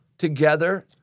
together